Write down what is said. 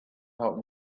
help